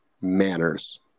manners